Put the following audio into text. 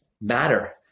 matter